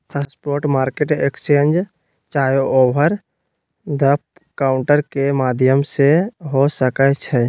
spot market exchange चाहे over the counter के माध्यम से हो सकइ छइ